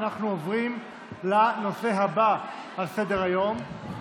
אנחנו עוברים לנושא הבא על סדר-היום,